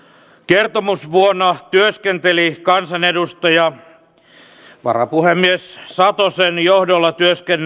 kertomusvuonna työskenteli kansanedustaja varapuhemies satosen johdolla